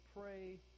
pray